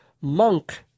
Monk